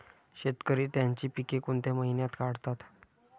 शेतकरी त्यांची पीके कोणत्या महिन्यात काढतात?